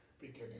beginning